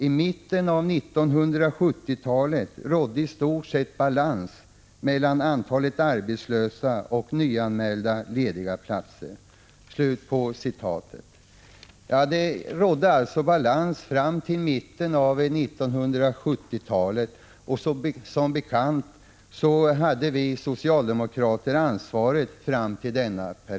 I mitten av 1970-talet rådde i stort sett balans mellan antalet arbetslösa och nyanmälda lediga platser.” 61 Det rådde alltså balans fram till mitten av 1970-talet. Som bekant hade vi socialdemokrater ansvaret fram till dess.